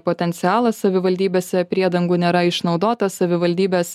potencialas savivaldybėse priedangų nėra išnaudotas savivaldybės